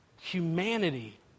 humanity